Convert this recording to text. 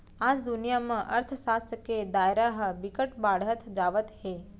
आज दुनिया म अर्थसास्त्र के दायरा ह बिकट बाड़हत जावत हे